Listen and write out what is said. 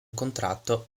contratto